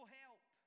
help